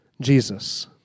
Jesus